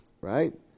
right